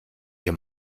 dir